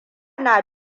na